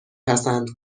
پسند